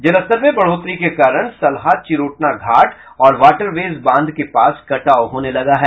जलस्तर में बढ़ोतरी के कारण सलहा चिरोटना घाट और वाटरवेज बांध के पास कटाव होने लगा है